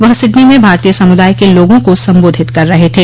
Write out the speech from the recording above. वह सिडनी में भारतीय समुदाय र्क लोगों को सम्बोधित कर रहे थे